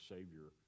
Savior